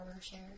share